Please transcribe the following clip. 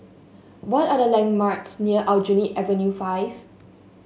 what are the landmarks near Aljunied Avenue Five